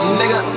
nigga